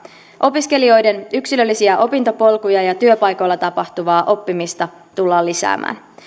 opiskelijoiden yksilöllisiä opintopolkuja ja työpaikoilla tapahtuvaa oppimista tullaan lisäämään